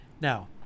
Now